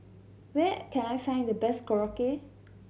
where can I find the best Korokke